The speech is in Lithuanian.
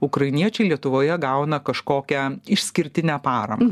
ukrainiečiai lietuvoje gauna kažkokią išskirtinę paramą